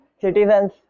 Citizens